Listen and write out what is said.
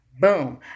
Boom